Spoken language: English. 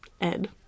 Ed